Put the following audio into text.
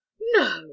no